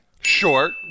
Short